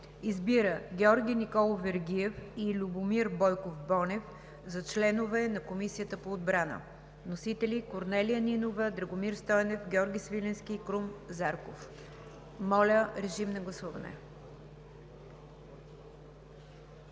Избира Георги Николов Вергиев и Любомир Бойков Бонев за членове на Комисията по отбрана.“ Вносители: Корнелия Нинова, Драгомир Стойнев, Георги Свиленски и Крум Зарков. Моля, режим на гласуване.